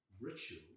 ritual